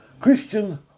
Christian